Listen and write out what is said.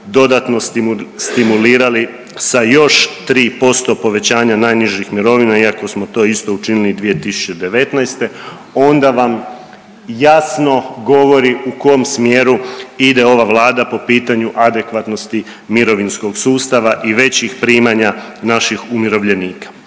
dodatno stimulirali sa još 3% povećanja najnižih mirovina iako smo to isto učinili i 2019. onda vam jasno govori u kom smjeru ide ova Vlada po pitanju adekvatnosti mirovinskog sustava i većih primanja naših umirovljenika.